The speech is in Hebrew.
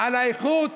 על האיכות?